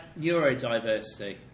neurodiversity